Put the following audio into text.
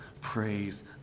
Praise